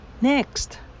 Next